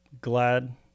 glad